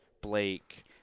Blake